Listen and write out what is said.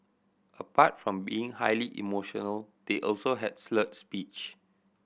apart from being highly emotional they also had slurred speech